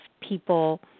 people